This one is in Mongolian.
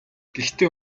гэхдээ